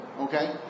okay